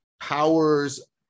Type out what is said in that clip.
powers